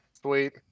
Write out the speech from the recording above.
sweet